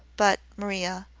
but, maria,